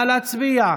נא להצביע.